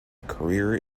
career